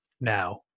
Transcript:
now